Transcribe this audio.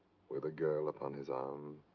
with a girl upon his um